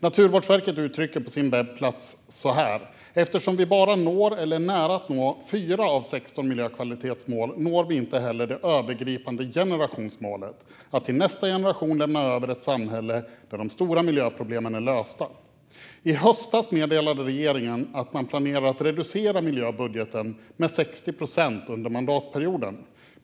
Naturvårdsverket uttrycker det så här på sin webbplats: "Eftersom vi bara når eller är nära att nå fyra av sexton miljökvalitetsmål når vi inte heller det övergripande generationsmålet - att till nästa generation lämna över ett samhälle där de stora miljöproblemen är lösta." I höstas meddelade regeringen att man planerar att reducera miljöbudgeten med 60 procent under mandatperioden.